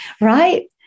right